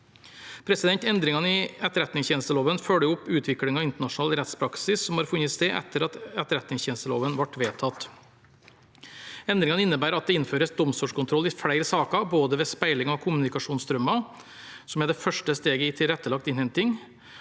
området. Endringene i etterretningstjenesteloven følger opp utviklingen i internasjonal rettspraksis som har funnet sted etter at etterretningstjenesteloven ble vedtatt. Endringene innebærer at det innføres domstolskontroll i flere saker, både ved speiling av kommunikasjonsstrømmer – som er det første steget i tilrettelagt innhenting